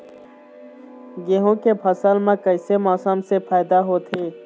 गेहूं के फसल म कइसे मौसम से फायदा होथे?